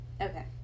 Okay